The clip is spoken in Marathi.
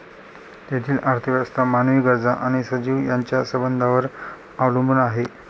तेथील अर्थव्यवस्था मानवी गरजा आणि सजीव यांच्या संबंधांवर अवलंबून आहे